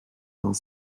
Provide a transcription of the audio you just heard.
dans